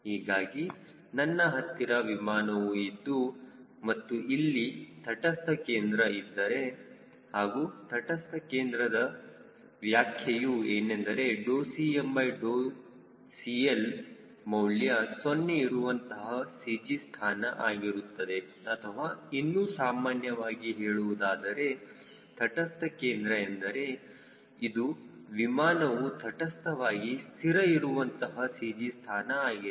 ಹೀಗಾಗಿ ನನ್ನ ಹತ್ತಿರ ವಿಮಾನವು ಇದ್ದು ಮತ್ತು ಇಲ್ಲಿ ತಟಸ್ಥ ಕೇಂದ್ರ ಇದ್ದರೆ ಹಾಗೂ ತಟಸ್ಥ ಕೇಂದ್ರದ ವ್ಯಾಖ್ಯೆಯು ಏನೆಂದರೆ CmCL ಮೌಲ್ಯ 0 ಇರುವಂತಹ CG ಸ್ಥಾನ ಆಗಿರುತ್ತದೆ ಅಥವಾ ಇನ್ನೂ ಸಾಮಾನ್ಯವಾಗಿ ಹೇಳುವುದಾದರೆ ತಟಸ್ಥ ಕೇಂದ್ರ ಎಂದರೆ ಇದು ವಿಮಾನವು ತಟಸ್ಥವಾಗಿ ಸ್ಥಿರ ಇರುವಂತಹ CG ಸ್ಥಾನ ಆಗಿದೆ